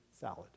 salad